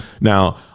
Now